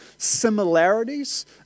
similarities